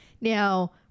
Now